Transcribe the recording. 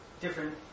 different